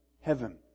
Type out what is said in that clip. heaven